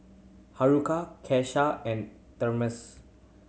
Haruko Kesha and Damars